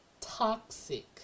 toxic